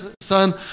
son